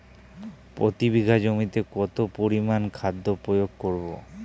প্রতি বিঘা জমিতে কত পরিমান খাদ্য প্রয়োগ করব?